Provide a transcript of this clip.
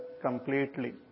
completely